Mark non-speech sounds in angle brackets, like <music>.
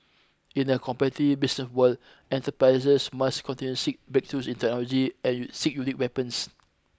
in a <unintelligible> business world enterprises must continue seek breakthroughs in technology and seek unique weapons